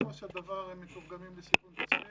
בסופו של דבר הם מתורגמים לסיכון כספי,